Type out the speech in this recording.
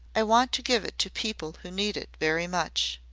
i want to give it to people who need it very much.